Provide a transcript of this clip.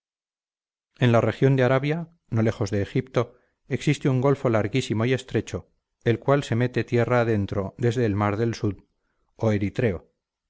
en la región de arabia no lejos de egipto existe un golfo larguísimo y estrecho el cual se mete tierra adentro desde el mar del sud o eritreo